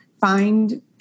find